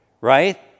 right